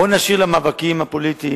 בואו נשאיר את המאבקים הפוליטיים,